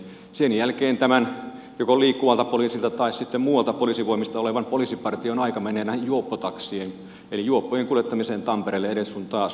sen jälkeen joko liikkuvalta poliisilta tai sitten muualta poliisivoimista olevan poliisipartion aika menee näihin juoppotakseihin eli juoppojen kuljettamiseen tampereelle ees sun taas